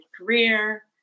career